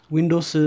Windows